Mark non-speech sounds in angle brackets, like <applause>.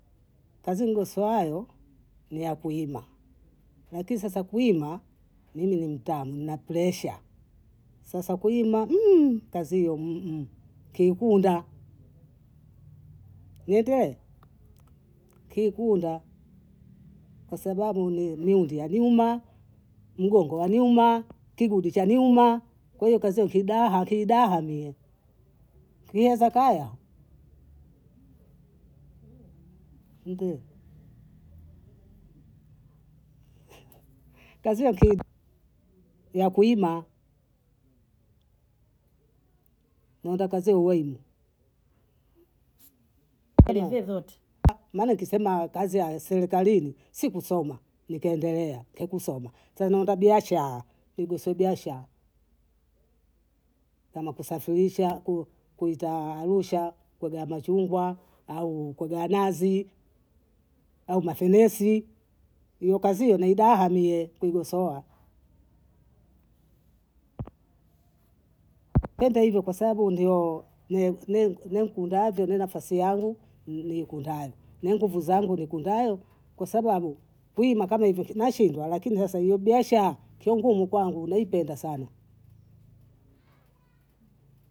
kazingu sio ayo ni ya kuima, lakini sasa kuima mimi ni mtaa nina presha, sasa kuima <hesitation> kazi iyo <hesitation> kinkunda, niite kikunda, kwa sababu ni mundia muma. mgongo waniuma, kigudu chaniuma, kwahio kaziyo kidaha kidaha mie, mie zakaya. <hesitation> mpwe <laughs> kazua kibu, ya kuima nenda kazie uwenu <noise> vyovyote maana ukisema kazi ya serikalini si kusoma, nikaendelea kekusoma sa nenda biashaa, nigusu biashaa kama kusafirisha. ku- kuuza Arusha, kuja machungwa au kugwaa nazi au mafenesi, hiyo kazi iyo nidaha mie kugosoa. <noise> vyote hivyo kwa sabu ndio mi- min- minkundavyo mi nafasi yangu nikundayo, mi nguvu zangu nikundayo kwa sababu hii makama hivi nashindwa lakini hasa ile biashaa kiengumu kwangu naipenda sana